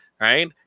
right